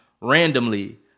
randomly